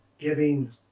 giving